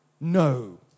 No